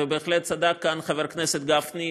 בהחלט צדק כאן חבר הכנסת גפני.